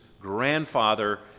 grandfather